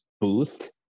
boost